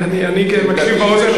אני מקשיב באוזן.